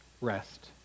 rest